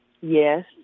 Yes